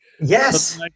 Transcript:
Yes